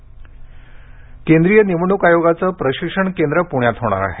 निवडणुक प्रशिक्षण केंद्रीय निवडणूक आयोगाचं प्रशिक्षण केंद्र पृण्यात होणार आहे